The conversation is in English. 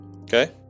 okay